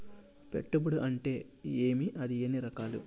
పెట్టుబడి అంటే ఏమి అది ఎన్ని రకాలు